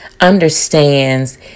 understands